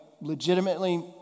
legitimately